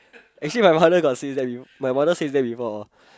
actually my mother got says that before my mother says that before